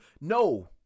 no